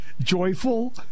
joyful